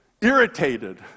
irritated